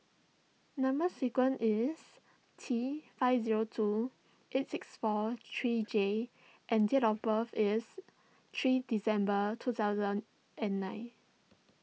Number Sequence is T five zero two eight six four three J and date of birth is three December two thousand and nine